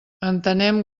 entenem